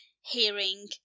hearing